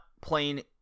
playing